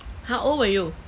how old were you